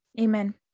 Amen